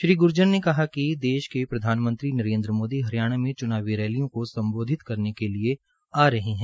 श्रीग्र्जर ने कहा कि देश के प्रधानमंत्री नरेन्द्र मोदी हरियाणा में चूनावी रैलियों को सम्बोधित करने के लिए आ रहे है